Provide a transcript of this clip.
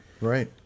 right